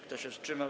Kto się wstrzymał?